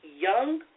Young